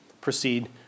proceed